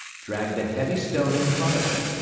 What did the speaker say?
dragged a heavy stone in front of it.